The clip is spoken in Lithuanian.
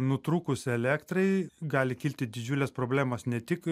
nutrūkus elektrai gali kilti didžiulės problemos ne tik